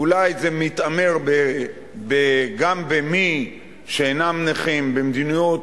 אולי זה מתעמר גם במי שאינם נכים במדיניות